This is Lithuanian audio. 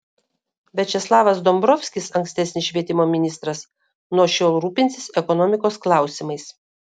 viačeslavas dombrovskis ankstesnis švietimo ministras nuo šiol rūpinsis ekonomikos klausimais